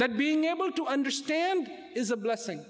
that being able to understand is a blessing